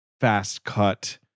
fast-cut